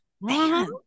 man